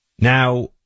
Now